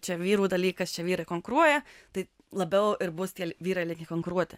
čia vyrų dalykas čia vyrai konkuruoja tai labiau ir bus tie vyrai linkę konkuruoti